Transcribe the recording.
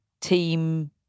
team